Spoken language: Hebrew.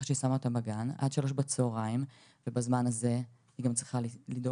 אחרי שהיא שמה אותם בגן ועד 15:00 בצוהריים ובזמן הזה היא צריכה לדאוג